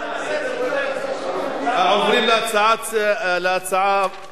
עוברים להצעת החוק הבאה: